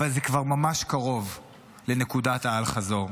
אבל זה כבר ממש קרוב לנקודת האל-חזור.